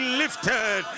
lifted